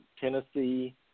Tennessee